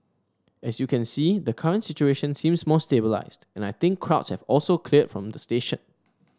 as you can see the current situation seems more stabilised and I think crowds have also cleared from the station